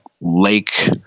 lake